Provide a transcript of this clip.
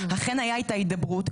אכן היתה איתה הידברות,